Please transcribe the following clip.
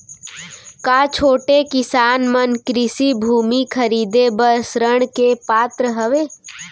का छोटे किसान मन कृषि भूमि खरीदे बर ऋण के पात्र हवे?